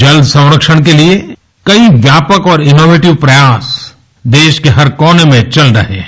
जल संरक्षण के लिए कई व्यापक और इनोवेटिव प्रयास देश के हर कोने में चल रहे हैं